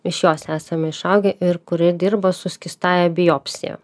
iš jos esame išaugę ir kuri dirba su skystąja biopsija